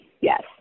yes